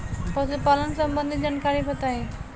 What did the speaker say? पशुपालन सबंधी जानकारी बताई?